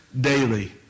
daily